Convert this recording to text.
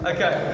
Okay